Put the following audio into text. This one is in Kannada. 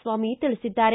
ಸ್ವಾಮಿ ತಿಳಿಸಿದ್ದಾರೆ